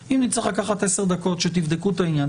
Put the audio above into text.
אם נצטרך לקחת עשר דקות הפסקה כדי לבדוק את העניין,